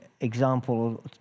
example